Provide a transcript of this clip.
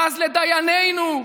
בז לדיינינו,